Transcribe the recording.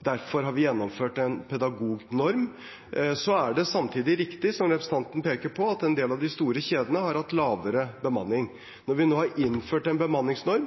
derfor har vi gjennomført en pedagognorm. Det er samtidig riktig, som representanten Fagerås peker på, at en del av de store kjedene har hatt lavere bemanning. Når vi nå har innført en bemanningsnorm,